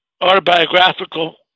autobiographical